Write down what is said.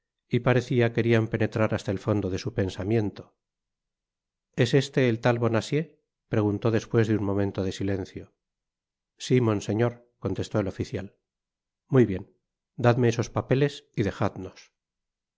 y parecía querían penetrar hasta el fondo de su pensamiento es este el tal bonacieux preguntó despues de un momento de silencio si monseñor contestó el oficial muy bien dadme estos papeles y dejadnos